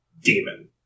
demon